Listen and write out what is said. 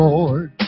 Lord